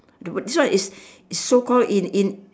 the word this one is so called in in